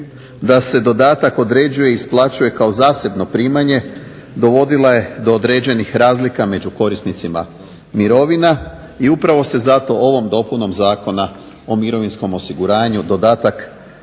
da se dodatak određuje i isplaćuje kao zasebno primanje dovodila je do određenih razlika među korisnicima mirovina i upravo se zato ovom dopunom zakona o mirovinskom osiguranju dodatak